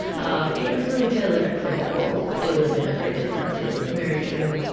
um you know if lili taylor had played that role, it would've been a very different-feeling movie very true.